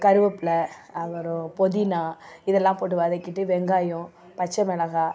கறிவேப்பில்லை அப்புறம் புதினா இதெல்லாம் போட்டு வதக்கிட்டு வெங்காயம் பச்சை மிளகாய்